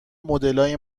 مدلای